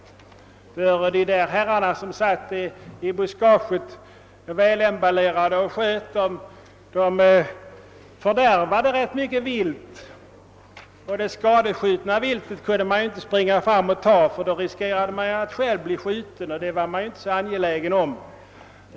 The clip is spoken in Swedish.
De herrarna som satt i buskaget — väl emballerade — och sköt, fördärvade mycket vilt. Det skadeskjutna viltet kunde man inte springa fram och ta, för då riskerade man ' att själv bli skjuten, och det var man inte så angelägen om.